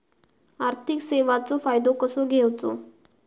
आर्थिक सेवाचो फायदो कसो घेवचो?